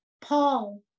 Paul